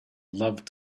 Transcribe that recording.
loved